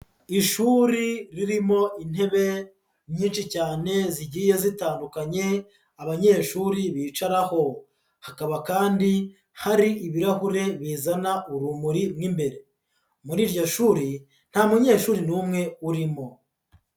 Ishuri ririmo intebe nyinshi cyane zigiye zitandukanye abanyeshuri bicaraho, hakaba kandi hari ibirahure bizana urumuri mo imbere, muri iryo shuri nta munyeshuri n'umwe urimo.